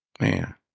man